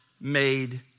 made